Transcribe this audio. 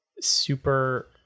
super